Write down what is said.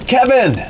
Kevin